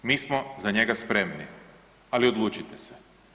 Mi smo za njega spremni, ali odlučite se.